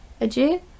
Adieu